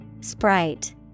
Sprite